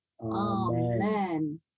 Amen